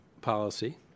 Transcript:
policy